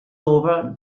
over